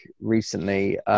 recently